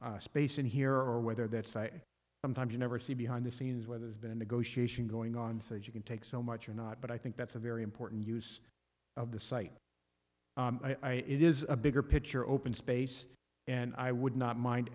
enough space in here or whether that's sometimes you never see behind the scenes where there's been a negotiation going on says you can take so much or not but i think that's a very important use of the site i it is a bigger picture open space and i would not mind